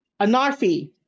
Anarfi